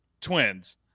Twins